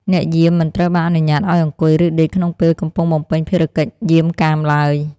អ្នកយាមមិនត្រូវបានអនុញ្ញាតឱ្យអង្គុយ ឬដេកក្នុងពេលកំពុងបំពេញភារកិច្ចយាមកាមឡើយ។